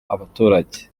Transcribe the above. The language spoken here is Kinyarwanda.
abaturage